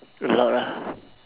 a lot ah